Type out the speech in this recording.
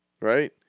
right